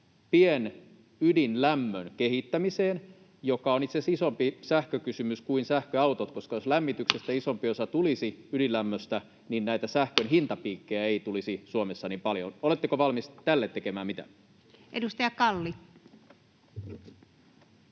pienydinlämmön kehittämiseen, joka on itse asiassa isompi sähkökysymys kuin sähköautot, koska jos lämmityksestä isompi osa tulisi ydinlämmöstä, niin näitä sähkön hintapiikkejä ei tulisi Suomessa niin paljon. Oletteko valmis tälle tekemään mitään? [Speech 261]